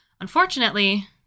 unfortunately